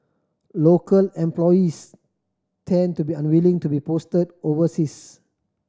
local employees tend to be unwilling to be post overseas